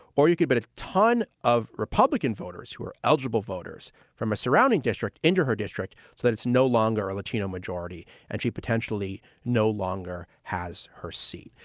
or you could get a ton of republican voters who are eligible voters from a surrounding district into her district so that it's no longer a latino majority. and she potentially no longer has her seat.